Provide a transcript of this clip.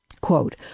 Quote